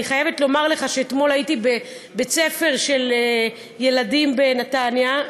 אני חייבת לומר לך שאתמול הייתי בבית-ספר של ילדים בנתניה,